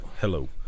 Hello